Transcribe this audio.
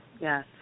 Yes